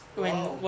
!wow!